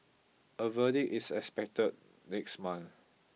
a verdict is expected next month